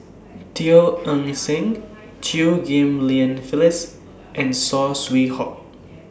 Teo Eng Seng Chew Ghim Lian Phyllis and Saw Swee Hock